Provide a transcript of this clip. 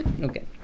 okay